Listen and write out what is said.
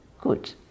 Good